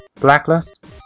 Blacklist